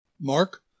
Mark